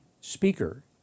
speaker